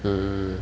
mm